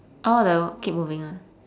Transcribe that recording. oh the keep moving one